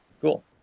Cool